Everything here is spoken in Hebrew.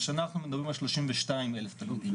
השנה אנחנו מדברים על 32,000 תלמידים.